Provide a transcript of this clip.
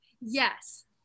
Yes